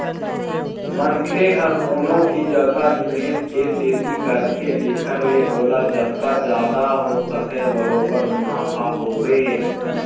मनखे ह कोनो भी जघा निवेस ए सेती करथे जेखर ले ओला जतका जादा हो सकय बरोबर मुनाफा होवय